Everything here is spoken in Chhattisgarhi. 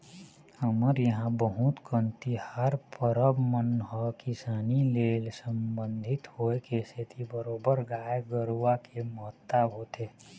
हमर इहाँ बहुत कन तिहार परब मन ह किसानी ले संबंधित होय के सेती बरोबर गाय गरुवा के महत्ता होथे